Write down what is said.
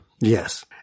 Yes